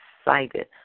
excited